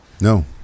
No